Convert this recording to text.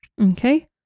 Okay